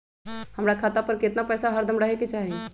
हमरा खाता पर केतना पैसा हरदम रहे के चाहि?